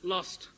Lost